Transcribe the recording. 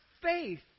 faith